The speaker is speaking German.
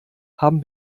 haben